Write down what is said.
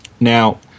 Now